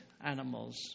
animals